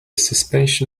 suspension